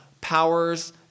powers